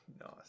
Nice